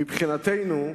מבחינתנו,